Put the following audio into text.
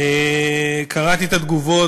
קראתי את התגובות,